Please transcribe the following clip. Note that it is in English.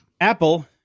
Apple